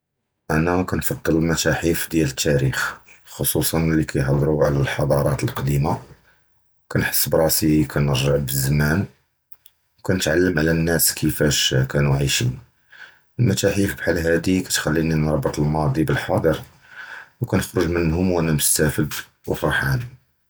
אָנָא קִנְפַצֵל הַמְּתַאחֵף דִיַּל הַתַּארִיח פְחוּصַא לִי קִיְהַדְרוּ עַל הַחֲדַרָאט הַקְּדִימָה, קַנְחַס בְרַאסִי קִנְרַגְ'ע בַזְזְמַאן וְקִנְתְעַלְמְ עַל הַנְנָאס כִּיְפַאש קִנּוּ עַיְשִין, הַמְּתַאחֵף בְחַל הַדִי קִתְכַלִינִי נַרְבְּט הַמַּאְדִי בַחַאֲדֶר וְקִנְכְּרַגְ'וּ מִנְהוּם אָנָא מֻסְתַפְד וְפַרְחָאן.